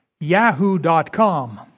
Yahoo.com